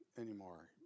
anymore